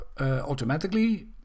automatically